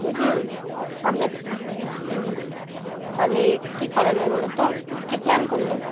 দিদি সামনে তো তাহলে কী করা যায় বলো তো কী প্ল্যান করলে